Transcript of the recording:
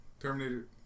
Terminator